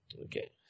Okay